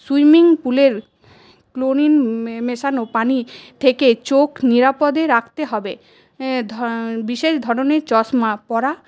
swimming পুলের chlorine মেশানো পানি থেকে চোখ নিরাপদে রাখতে হবে বিশেষ ধরণের চশমা পরা